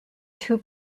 two